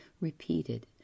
Repeated